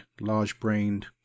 large-brained